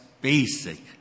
basic